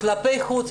כלפי חוץ.